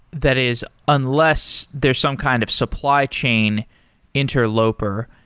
that is, unless there's some kind of supply chain interloper,